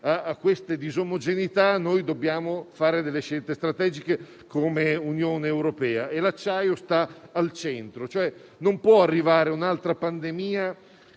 a tali disomogeneità, noi dobbiamo fare delle scelte strategiche come Unione europea e l'acciaio sta al centro. Non può arrivare un'altra pandemia